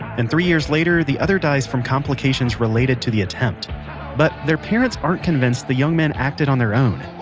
and three years later the other dies from complications related to the attempt but their parents aren't convinced the young men acted on their own.